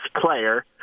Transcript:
player